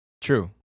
True